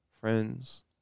friends